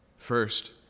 First